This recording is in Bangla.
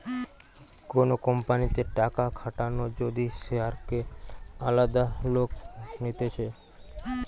কোন কোম্পানিতে টাকা খাটানো যদি শেয়ারকে আলাদা লোক নিতেছে